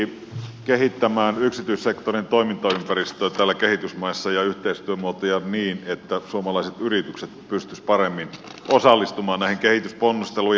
suomi pyrkii kehittämään yksityissektorin toimintaympäristöä ja yhteistyömuotoja kehitysmaissa niin että suomalaiset yritykset pystyisivät paremmin osallistumaan näihin kehitysponnisteluihin